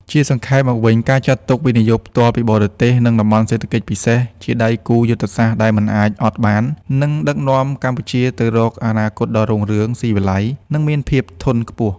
ជាសង្ខេបមកវិញ ការចាត់ទុក វិនិយោគផ្ទាល់ពីបរទេស និង តំបន់សេដ្ឋកិច្ចពិសេស ជាដៃគូយុទ្ធសាស្ត្រដែលមិនអាចអត់បាន នឹងដឹកនាំកម្ពុជាទៅរកអនាគតដ៏រុងរឿង ស៊ីវិល័យ និងមានភាពធន់ខ្ពស់។